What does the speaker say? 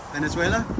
Venezuela